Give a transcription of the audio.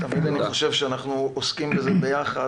תמיד כשאני חושב שאנחנו עוסקים בזה ביחד,